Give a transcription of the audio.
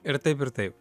ir taip ir taip